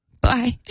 Bye